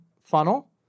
funnel